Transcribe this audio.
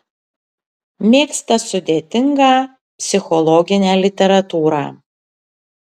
mėgsta sudėtingą psichologinę literatūrą